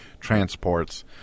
transports